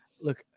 Look